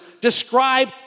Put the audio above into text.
describe